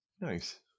Nice